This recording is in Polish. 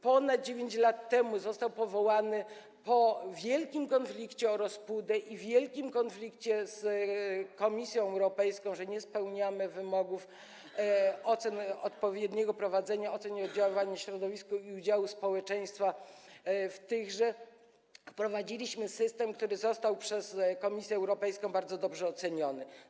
Ponad 9 lat temu został powołany, po wielkim konflikcie o Rospudę i wielkim konflikcie z Komisją Europejską, że nie spełniamy wymogów odpowiedniego prowadzenia ocen oddziaływania na środowisko i udziału społeczeństwa w tychże, wprowadziliśmy system, który został przez Komisję Europejską bardzo dobrze oceniony.